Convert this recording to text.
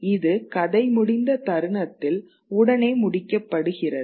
இது கதை முடிந்த தருணத்தில் உடனே முடிக்கப்படுகிறது